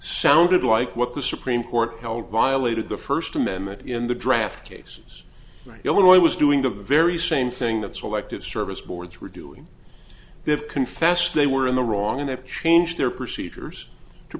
sounded like what the supreme court held violated the first amendment in the draft case right now when i was doing the very same thing that selective service boards were doing they have confessed they were in the wrong and have changed their procedures to